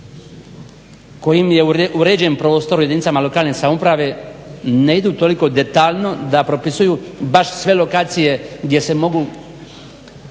kojim je uređen prostor u jedinicama lokalne samouprave ne idu toliko detaljno da propisuju baš sve lokacije gdje mogu